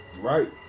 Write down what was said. Right